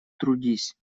трудись